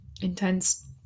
intense